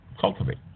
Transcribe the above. cultivate